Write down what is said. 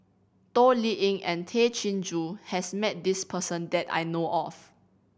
Toh Liying and Tay Chin Joo has met this person that I know of